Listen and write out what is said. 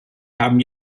haben